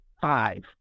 five